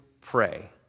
pray